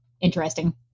interesting